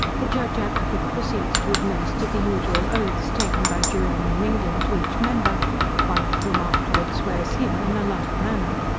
the judge advocate proceeds to administer the usual oaths taken by jurymen in england to each member one of whom afterwards swears him in a like manner.